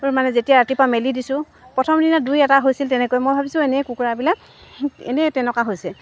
মানে যেতিয়া ৰাতিপুৱা মেলি দিছোঁ প্ৰথম দিনা দুই এটা হৈছিল তেনেকৈ মই ভাবিছোঁ এনেই কুকুৰাবিলাক এনেই তেনেকুৱা হৈছে